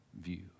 view